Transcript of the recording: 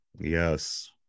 Yes